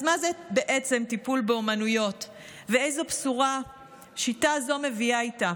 אז מה זה בעצם טיפול באומנויות ואיזו בשורה שיטה זו מביאה איתה?